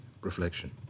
reflection